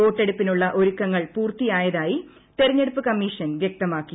വോട്ടെടുപ്പിനുള്ള ഒരുക്കങ്ങൾ പൂർത്തിയായതായി തെരെഞ്ഞെടുപ്പ് കമ്മീഷൻ വ്യക്തമാക്കി